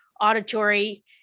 auditory